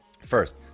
First